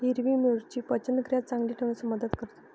हिरवी मिरची पचनक्रिया चांगली ठेवण्यास मदत करते